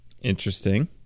Interesting